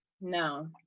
no